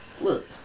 Look